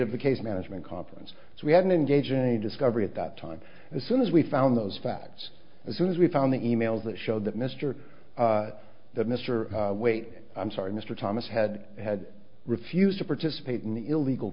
of the case management conference so we had an engage in a discovery at that time as soon as we found those facts as soon as we found the e mails that showed that mister that mr weight i'm sorry mr thomas had had refused to participate in the illegal